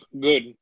good